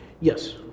yes